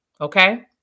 okay